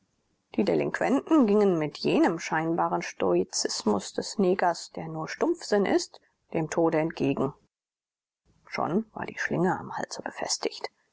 die delinquenten gingen mit jenem scheinbaren stoizismus des negers der nur stumpfsinn ist dem tode entgegen schon war die schlinge am halse befestigt